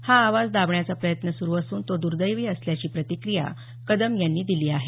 हा आवाज दाबण्याचा प्रयत्न सुरू असून तो दुर्दैंवी असल्याची प्रतिक्रिया कदम यानी दिली आहे